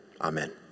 Amen